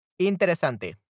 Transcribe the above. Interesante